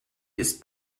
ist